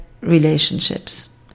relationships